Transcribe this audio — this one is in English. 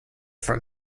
from